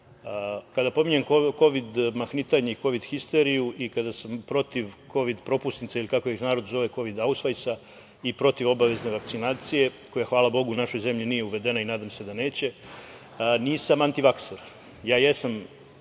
pominjem kovid mahnitanje i kovid histeriju, i kada sam protiv kovid propusnica ili kako ih narod zove – kovid ausvajsa i protiv obavezne vakcinacije, koja hvala bogu u našoj zemlji nije uvedena i nadam se da neće, nisam antivakser. Jesam za to